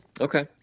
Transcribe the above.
okay